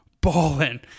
Balling